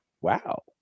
wow